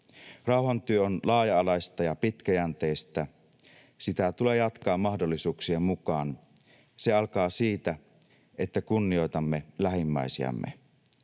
Rauhantyö on laaja-alaista ja pitkäjänteistä. Sitä tulee jatkaa mahdollisuuksien mukaan. Se alkaa siitä, että kunnioitamme lähimmäisiämme.